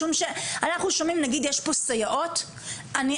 משום שאנחנו שומעים יש פה סייעות, א'